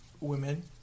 women